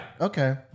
Okay